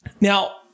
Now